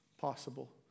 possible